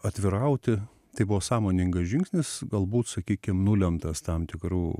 atvirauti tai buvo sąmoningas žingsnis galbūt sakykim nulemtas tam tikrų